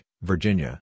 Virginia